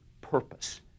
purpose